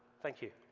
thank you.